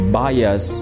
bias